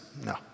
No